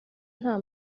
nta